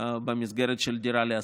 במסגרת של דירה להשכיר.